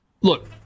look